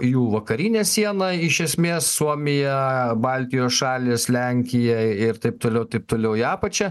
jų vakarinė siena iš esmė suomija baltijos šalys lenkija ir taip toliau taip toliau į apačią